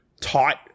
taught